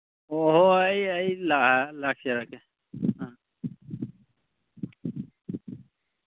ꯑꯣꯍꯣ ꯑꯩ ꯑꯩ ꯂꯥꯛꯆꯔꯒꯦ ꯑ